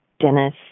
Dennis